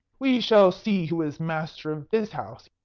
we shall see who is master of this house,